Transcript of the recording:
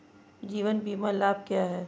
जीवन बीमा लाभ क्या हैं?